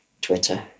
Twitter